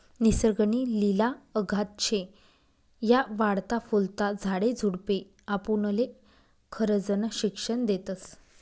निसर्ग नी लिला अगाध शे, या वाढता फुलता झाडे झुडपे आपुनले खरजनं शिक्षन देतस